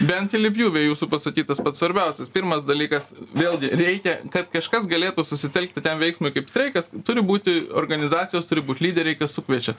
ben keli pjūviai jūsų pasakytas pats svarbiausias pirmas dalykas vėlgi reikia kad kažkas galėtų susitelkti tam veiksmui kaip streikas turi būti organizacijos turi būt lyderiai kas sukviečia